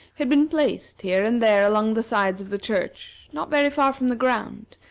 had been placed here and there along the sides of the church, not very far from the ground,